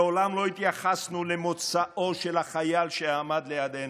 מעולם לא התייחסנו למוצאו של החייל שעמד לידנו.